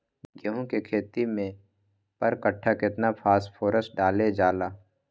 गेंहू के खेती में पर कट्ठा केतना फास्फोरस डाले जाला?